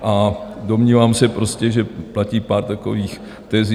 A domnívám se prostě, že platí pár takových tezí.